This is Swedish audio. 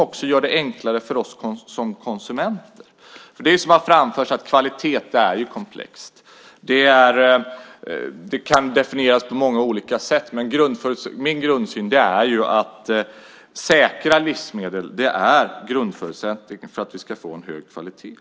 Det gör det enklare för oss konsumenter. Kvalitet är komplext. Det kan definieras på många olika sätt. Min grundsyn är att säkra livsmedel är grundförutsättningen för en hög kvalitet.